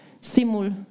Simul